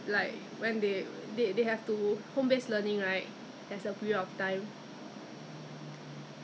I think it should be from M_O_E you know because both of them brought back two err I think Justin brought back two big bottles of err